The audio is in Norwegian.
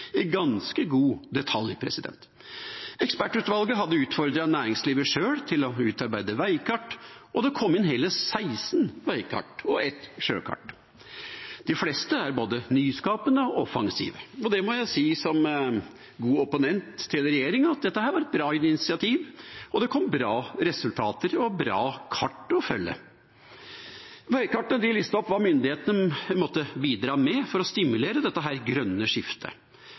i ganske god detalj. Ekspertutvalget hadde utfordret næringslivet sjøl til å utarbeide veikart, og det kom inn hele 16 veikart og 1 sjøkart. De fleste er både nyskapende og offensive. Det må jeg si som god opponent til regjeringa at dette var et bra initiativ, og det kom bra resultater og bra kart å følge. Veikartet listet opp hva myndighetene måtte bidra med for å stimulere dette grønne skiftet.